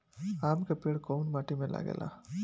आम के पेड़ कोउन माटी में लागे ला?